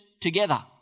together